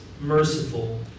merciful